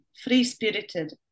free-spirited